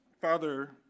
Father